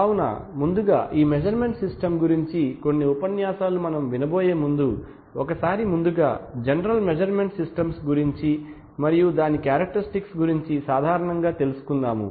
కావున ముందుగా ఈ మెజర్మెంట్ సిస్టం గురించి కొన్ని ఉపన్యాసాలు మనము వినబోయే ముందుఒకసారి ముందుగా జనరల్ మెజర్మెంట్ సిస్టం గురించి మరియు దాని క్యారెక్టర్ స్టిక్స్ గురించి సాధారణముగా తెలుసుకుందాము